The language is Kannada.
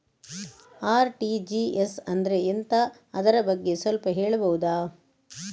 ಆರ್.ಟಿ.ಜಿ.ಎಸ್ ಅಂದ್ರೆ ಎಂತ ಅದರ ಬಗ್ಗೆ ಸ್ವಲ್ಪ ಹೇಳಬಹುದ?